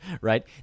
right